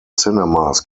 cinemas